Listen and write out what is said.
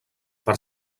per